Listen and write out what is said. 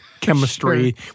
chemistry